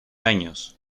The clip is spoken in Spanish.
años